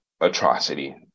atrocity